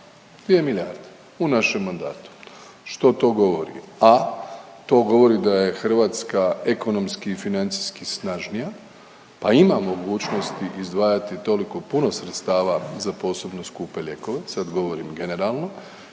2 milijarde u našem mandatu. Što to govori? A to govori da je Hrvatska ekonomski i financijski snažnija pa ima mogućnosti izdvajati toliko puno sredstava za posebno skupe lijekove, sad govorim generalno